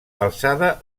alçada